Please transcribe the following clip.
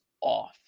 off